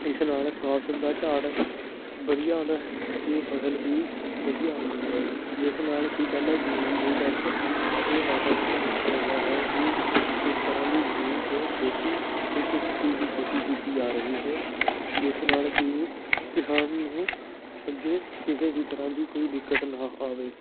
ਇਸ ਨਾਲ ਫ਼ਸਲ ਦਾ ਝਾੜ ਵਧੀਆ ਆਉਂਦਾ ਅਤੇ ਫ਼ਸਲ ਵੀ ਵਧੀਆ ਹੁੰਦੀ ਹੈ ਜਿਸ ਨਾਲ ਕਿ ਪਹਿਲਾਂ ਜਮੀਨ ਦੇ ਟੈਸਟ ਅਤੇ ਵਾਤਾਵਰਨ ਦੇਖਿਆ ਜਾਂਦਾ ਹੈ ਕਿ ਕਿਸ ਤਰ੍ਹਾਂ ਦੀ ਜਮੀਨ 'ਤੇ ਖੇਤੀ ਅਤੇ ਕਿਸ ਚੀਜ਼ ਦੀ ਖੇਤੀ ਕੀਤੀ ਜਾ ਰਹੀ ਹੈ ਜਿਸ ਨਾਲ ਕਿ ਕਿਸਾਨ ਨੂੰ ਅੱਗੇ ਕਿਸੇ ਵੀ ਤਰ੍ਹਾਂ ਦੀ ਕੋਈ ਦਿੱਕਤ ਨਾ ਆਵੇ